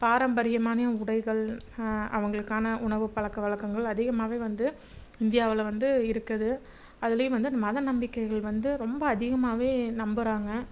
பாரம்பரியமான உடைகள் அவங்களுக்கான உணவு பழக்க வழக்கங்கள் அதிகமாகவே வந்து இந்தியாவில் வந்து இருக்குது அதுலையும் வந்து அந்த மத நம்பிக்கைகள் வந்து ரொம்ப அதிகமாகவே நம்புறாங்க